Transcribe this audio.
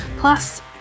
Plus